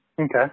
Okay